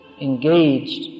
engaged